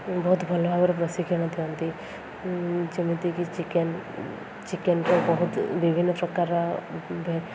ବହୁତ ଭଲ ଭାବରେ ପ୍ରଶିକ୍ଷଣ ଦିଅନ୍ତି ଯେମିତିକି ଚିକେନ୍ ଚିକେନ୍ ତ ବହୁତ ବିଭିନ୍ନ ପ୍ରକାରର